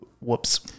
Whoops